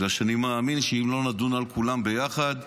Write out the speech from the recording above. בגלל שאני מאמין שאם לא נדון על כולם ביחד,